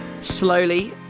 slowly